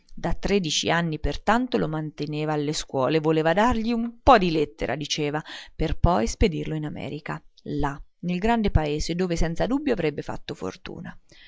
da tredici anni pertanto lo manteneva alle scuole voleva dargli un po di lettera diceva per poi spedirlo in america là nel gran paese dove senza dubbio avrebbe fatto fortuna